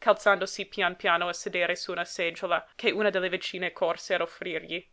calandosi pian piano a sedere su una seggiola che una delle vicine corse ad offrirgli